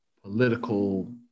Political